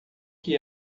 que